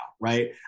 right